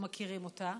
ומכירים אותה.